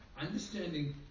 understanding